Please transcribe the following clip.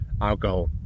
alcohol